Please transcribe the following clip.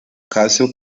caso